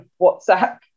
WhatsApp